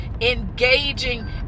engaging